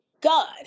God